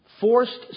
forced